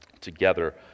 together